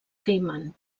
caiman